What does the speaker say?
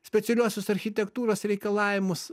specialiuosius architektūros reikalavimus